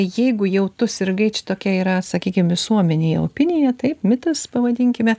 jeigu jau tu sirgai čia tokia yra sakykim visuomenėje opinija taip mitas pavadinkime